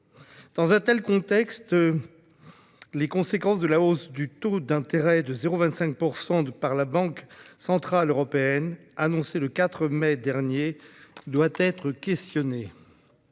Dans un tel contexte, les conséquences de la hausse de 0,25 point de son taux d'intérêt par la Banque centrale européenne, annoncée le 4 mai dernier, doivent être questionnées.